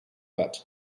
wet